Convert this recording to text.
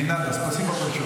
אני תכננתי חמש.